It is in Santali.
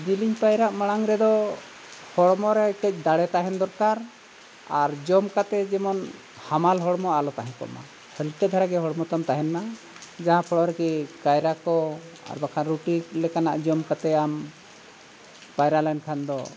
ᱡᱤᱞᱤᱧ ᱯᱟᱭᱨᱟᱜ ᱢᱟᱲᱟᱝ ᱨᱮᱫᱚ ᱦᱚᱲᱢᱚᱨᱮ ᱠᱟᱹᱡ ᱫᱟᱲᱮ ᱛᱟᱦᱮᱱ ᱫᱚᱨᱠᱟᱨ ᱟᱨ ᱡᱚᱢ ᱠᱟᱛᱮ ᱡᱮᱢᱚᱱ ᱦᱟᱢᱟᱞ ᱦᱚᱲᱢᱚ ᱟᱞᱚ ᱛᱟᱦᱮᱸ ᱠᱚᱜᱼᱢᱟ ᱦᱟᱞᱠᱟ ᱫᱷᱟᱨᱟᱜᱮ ᱦᱚᱲᱢᱚ ᱛᱟᱢ ᱛᱟᱦᱮᱱᱢᱟ ᱡᱟᱦᱟᱸ ᱯᱷᱚᱞ ᱨᱮᱜᱮ ᱠᱟᱭᱨᱟ ᱠᱚ ᱟᱨ ᱵᱟᱠᱷᱟᱱ ᱨᱩᱴᱤ ᱞᱮᱠᱟᱱᱟᱜ ᱡᱚᱢ ᱠᱟᱛᱮ ᱟᱢ ᱯᱟᱭᱨᱟ ᱞᱮᱱᱠᱷᱟᱱ ᱫᱚ